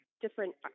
different